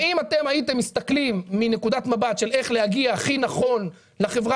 ואם הייתם מסתכלים מנקודת מבט איך להגיע הכי נכון לחברה